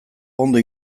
ondo